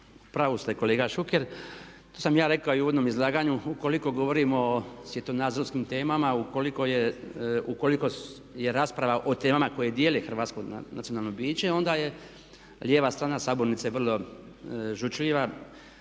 pravu ste kolega Šuker. To sam i ja rekao u uvodnom izlaganju, ukoliko govorimo o svjetonazorskim temama, ukoliko je rasprava o temama koje dijele hrvatsko nacionalno biće onda je lijeva strana sabornice vrlo žučljiva,